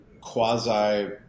quasi